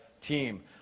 team